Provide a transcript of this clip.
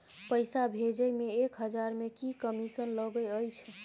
पैसा भैजे मे एक हजार मे की कमिसन लगे अएछ?